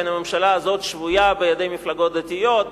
שהממשלה הזאת שבויה בידי מפלגות דתיות,